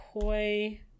Koi